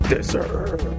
Deserve